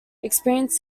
experienced